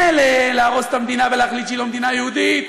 מילא להרוס את המדינה ולהחליט שהיא לא מדינה יהודית,